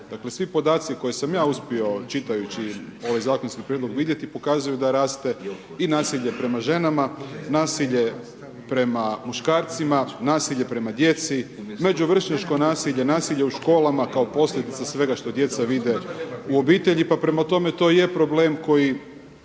Dakle, svi podaci koje sam ja uspio čitajući ovaj zakonski prijedlog vidjeti pokazuju da raste i nasilje prema ženama, nasilje prema ženama, nasilje prema djeci, međuvršnjačko nasilje u školama kao posljedica svega što djeca vide u obitelji pa prema tome to i je problem koji